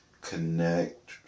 connect